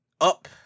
up